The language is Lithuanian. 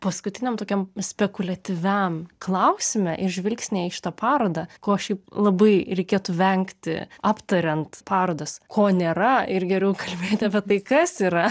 paskutiniam tokiam spekuliatyviam klausime ir žvilgsniai į šitą parodą ko šiaip labai reikėtų vengti aptariant parodas ko nėra ir geriau kalbėti apie tai kas yra